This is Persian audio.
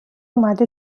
اومده